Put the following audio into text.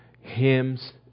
hymns